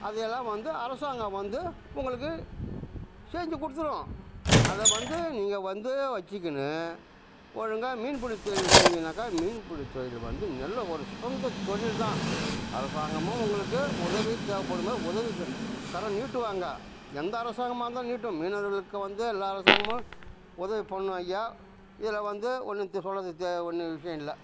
அதுவெல்லாம் வந்து அரசாங்கம் வந்து உங்களுக்கு செஞ்சிக் கொடுத்துரும் அதை வந்து நீங்கள் வந்து வச்சிக்கினு ஒழுங்காக மீன்பிடி தொழில் செஞ்சின்னாக்கா மீன்பிடி தொழில் வந்து நல்ல ஒரு சொந்த தொழில் தான் அரசாங்கமும் உங்களுக்கு உதவி தேவைப்படும்போது உதவிக்கு கரம் நீட்டுவாங்கள் எந்த அரசாங்கமாயிருந்தாலும் நீட்டும் மீனவர்களுக்கு வந்து எல்லா அரசாங்கமும் உதவி பண்ணும் ஐயா இதில் வந்து ஒன்னுத்து சொல்கிறதுக்கு தே ஒன்றும் விஷயம் இல்லை